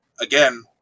again